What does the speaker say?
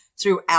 throughout